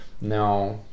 Now